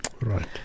Right